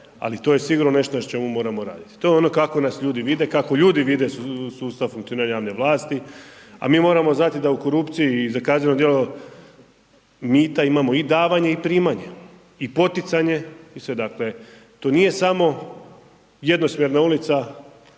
ali to je sigurno nešto na čemu još moramo raditi. To je ono kako nas ljudi vide, kako ljudi vide sustav funkcioniranja javne vlasti, a mi moramo znati da u korupciji i za kazneno djelo mita imamo i davanje i primanje i poticanje. Dakle, to nije samo jednosmjerna ulica,